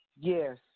Yes